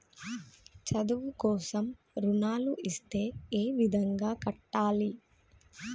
చదువు కోసం రుణాలు ఇస్తే ఏ విధంగా కట్టాలి?